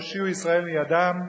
והושיעו ישראל מידם,